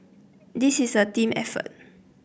this is a team effort